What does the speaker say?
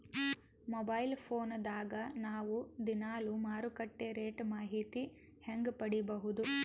Mobile phone ದಾಗ ನಾವು ದಿನಾಲು ಮಾರುಕಟ್ಟೆ ರೇಟ್ ಮಾಹಿತಿ ಹೆಂಗ ಪಡಿಬಹುದು?